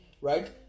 right